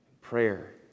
prayer